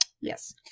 Yes